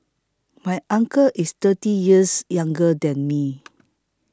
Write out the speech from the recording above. my uncle is thirty years younger than me